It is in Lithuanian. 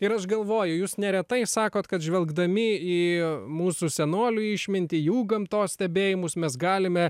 ir aš galvoju jūs neretai sakot kad žvelgdami į mūsų senolių išmintį jų gamtos stebėjimus mes galime